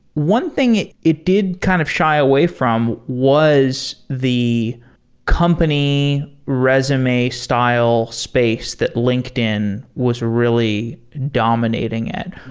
one thing it it did kind of shy away from was the company resume style space that linkedin was really dominating it.